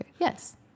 Yes